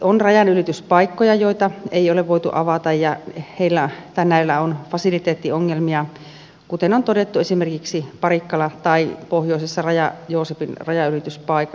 on rajanylityspaikkoja joita ei ole voitu avata ja näillä on fasiliteettiongelmia kuten on todettu esimerkiksi parikkalan tai pohjoisessa raja joosepin rajanylityspaikasta